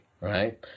Right